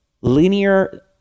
linear